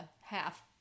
half